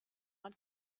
man